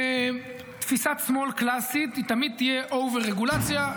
תפיסת שמאל קלאסית תמיד תהיה over-רגולציה.